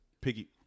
piggy